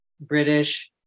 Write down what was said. British